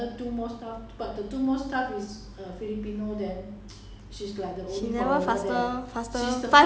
then 不是很怕不会见鬼 eh